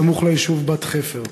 סמוך ליישוב בת-חפר,